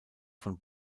von